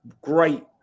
great